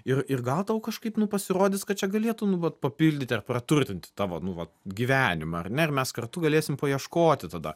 ir ir gal tau kažkaip nu pasirodys kad čia galėtų nu vat papildyti ar praturtinti tavo nu vat gyvenimą ar ne ir mes kartu galėsim paieškoti tada